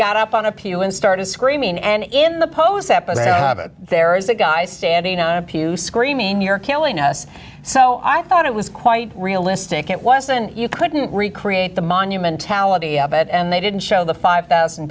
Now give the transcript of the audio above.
got up on appeal and started screaming and in the post episode there is a guy standing on a pew screaming you're killing us so i thought it was quite realistic it wasn't you couldn't recreate the monument talent and they didn't show the five thousand